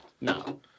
No